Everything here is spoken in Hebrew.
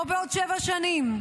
לא בעוד שבע שנים,